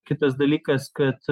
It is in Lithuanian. kitas dalykas kad